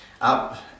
up